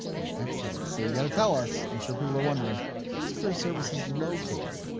alright excellent so you got to tell us, i'm sure people are wondering where's career services located.